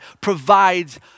provides